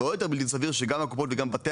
ועוד יותר בלתי סביר שגם הקופות וגם בתי